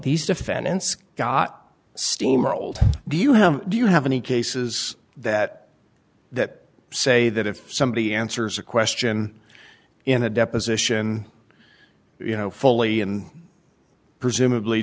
these defendants got steamrolled do you have do you have any cases that that say that if somebody answers a question in a deposition you know fully and presumably